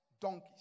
donkeys